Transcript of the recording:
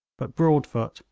but broadfoot,